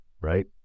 right